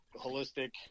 holistic